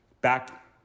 back